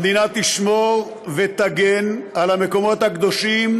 המדינה תשמור ותגן על המקומות הקדושים